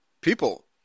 people